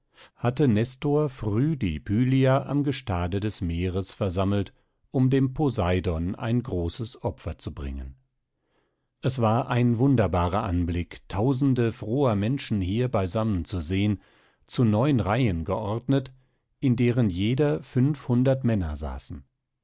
hatte nestor früh die pylier am gestade des meeres versammelt um dem poseidon ein großes opfer zu bringen es war ein wunderbarer anblick tausende froher menschen hier beisammen zu sehen zu neun reihen geordnet in deren jeder fünfhundert männer saßen